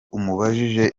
umubajije